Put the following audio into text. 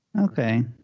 okay